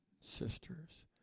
sisters